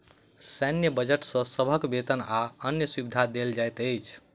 सैन्य बजट सॅ सभक वेतन आ अन्य सुविधा देल जाइत अछि